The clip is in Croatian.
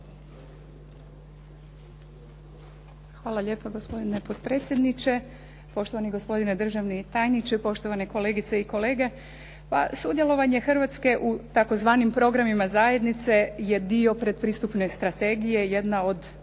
Hvala lijepa gospodine potpredsjedniče, poštovani gospodine državni tajniče, poštovane kolegice i kolege. Pa sudjelovanje Hrvatske u tzv. programima zajednice je dio predpristupne strategije, jedna od